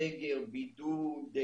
סגר, בידוד,